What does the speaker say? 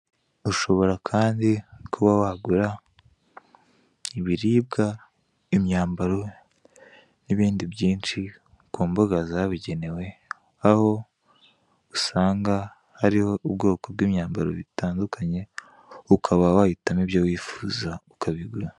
Ushobora kandi kuba wagura ibiribwa, imyambaro n'ibindi byinshi ku mbuga zabugenewe; ,aho usanga hariho ubwoko bw'imyambaro butandukanye ukaba wahitamo ibyo wifuza ukabigura.